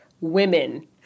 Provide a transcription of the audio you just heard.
women